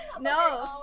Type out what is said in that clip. No